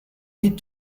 need